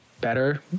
better